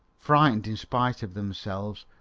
frightened in spite of themselves,